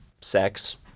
sex